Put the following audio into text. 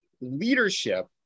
leadership